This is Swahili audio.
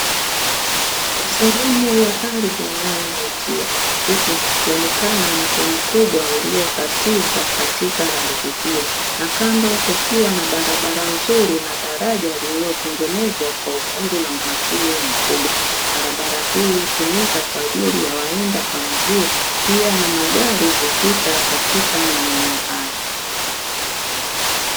Ni sehemu ya ardhi inayovutia huku kukionekana mto mkubwa uliokatiza katika ardhi hiyo, na kando kukiwa na barabara nzuri na daraja lililotengenezwa kwa ufundi na umakini mkubwa. Barabara hii hutumika kwa ajili ya waenda kwa miguu, pia na magari hupita katika maeneo haya.